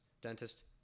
Dentist